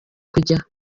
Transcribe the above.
kujya